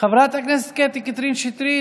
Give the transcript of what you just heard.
חברת הכנסת קטי קטרין שטרית,